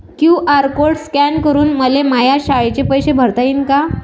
QR code scan करून मले माया शाळेचे पैसे भरता येईन का?